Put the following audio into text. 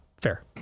fair